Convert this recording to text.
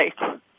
right